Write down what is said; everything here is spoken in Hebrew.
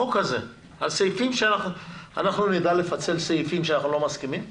אנחנו נדע לפצל סעיפים שאנחנו לא מסכימים להם?